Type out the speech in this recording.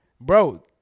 bro